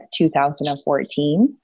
2014